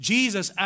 Jesus